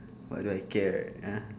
why do I care ah